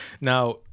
Now